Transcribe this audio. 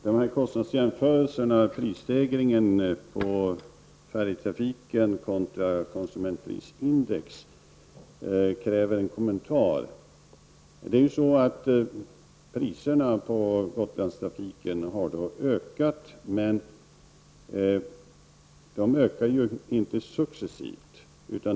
Herr talman! Kostnadsjämförelsen med prisstegringen på färjetrafiken kontra konsumentprisindex kräver en kommentar. Priserna på Gotlandstrafiken har ökat, men de ökar inte successivt.